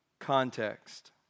Context